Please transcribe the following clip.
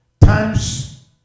times